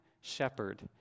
shepherd